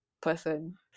person